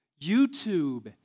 YouTube